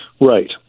Right